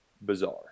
bizarre